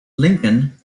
lincoln